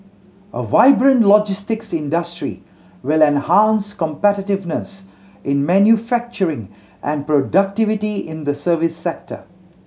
a vibrant logistics industry will enhance competitiveness in manufacturing and productivity in the service sector